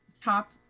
top